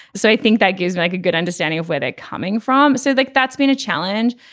so i think that gives me like a good understanding of where they're coming from. so like that's been a challenge.